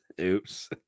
Oops